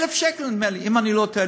1,000 שקל, נדמה לי, אם אני לא טועה.